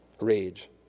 rage